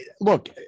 look